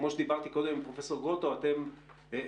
כמו שדיברתי קודם עם פרופ' גרוטו, אתם לא